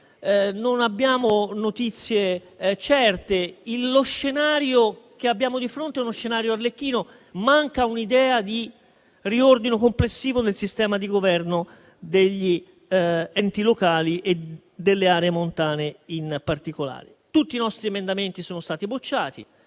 non abbiamo notizie certe. Lo scenario che abbiamo di fronte è arlecchino e manca un'idea di riordino complessivo del sistema di governo degli enti locali e delle aree montane in particolare. Tutti i nostri emendamenti sono stati bocciati,